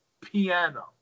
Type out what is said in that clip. piano